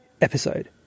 episode